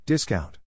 Discount